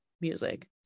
music